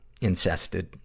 incested